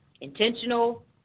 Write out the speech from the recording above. intentional